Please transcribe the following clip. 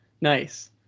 Nice